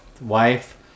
Wife